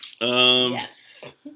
Yes